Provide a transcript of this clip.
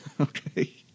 Okay